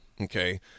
okay